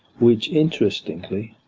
which, interestingly,